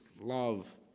love